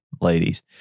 ladies